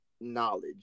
knowledge